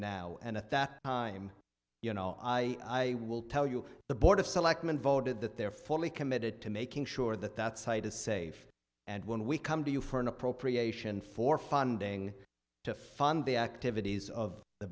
now and at that time you know i will tell you the board of selectmen voted that they are fully committed to making sure that that site is safe and when we come to you for an appropriation for funding to fund the activities of the